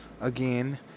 again